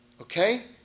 Okay